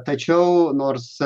tačiau nors